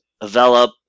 develop